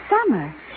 summer